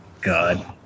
God